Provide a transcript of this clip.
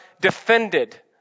defended